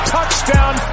Touchdown